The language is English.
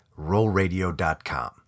RollRadio.com